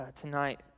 tonight